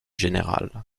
général